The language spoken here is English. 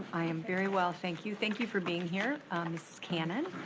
i am very well, thank you. thank you for being here. cannon.